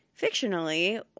fictionally